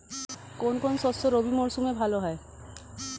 কোন কোন শস্য রবি মরশুমে ভালো হয়?